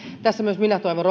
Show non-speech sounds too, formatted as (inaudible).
tässä myös minä toivon (unintelligible)